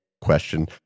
question